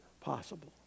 possible